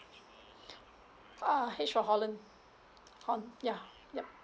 ah H for holland horn ya yup